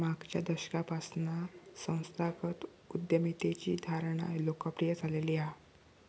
मागच्या दशकापासना संस्थागत उद्यमितेची धारणा लोकप्रिय झालेली हा